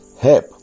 help